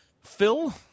Phil